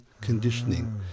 conditioning